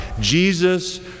Jesus